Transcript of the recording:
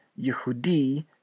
Yehudi